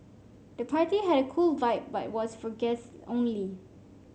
the party had a cool vibe but was for guests only